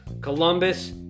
Columbus